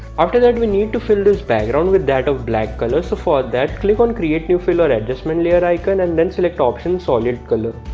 after that we need to fill this background with that of black color so for that click on create new fill or adjusment layer icon and then select option solid color